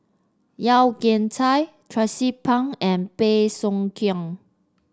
Yeo Kian Chai Tracie Pang and Bey Soo Khiang